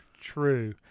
true